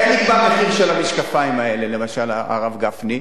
איך נקבע המחיר של המשקפיים האלה, למשל, הרב גפני?